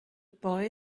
boy